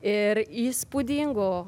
ir įspūdingų